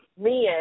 men